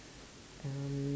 um